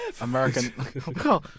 American